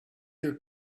your